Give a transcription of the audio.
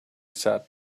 said